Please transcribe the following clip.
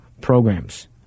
programs